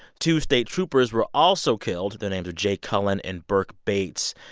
two state troopers were also killed their names are jay cullen and berke bates.